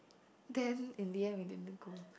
then in the end we didn't go